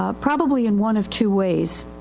ah probably in one of two ways.